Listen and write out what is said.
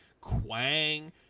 quang